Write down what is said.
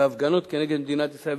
והפגנות כנגד מדינת ישראל,